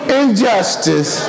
injustice